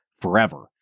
forever